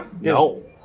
no